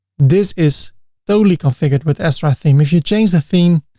this is totally configured with astra theme. if you change the theme,